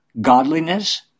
Godliness